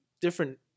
different